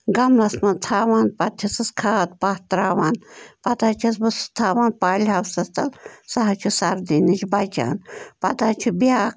گملس منٛز تھاوان پتہٕ چھِسَس کھاد پَہ تَراوان پَتہٕ حظ چھَس بہٕ سُہ تھاوان پالہِ ہوسس تل سُہ حظ چھُ سردی نِش بَچان پتہٕ حظ چھِ بیٛاکھ